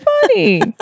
funny